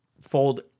fold